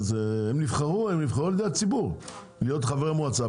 הם נבחרו על ידי הציבור להיות חברי מועצה,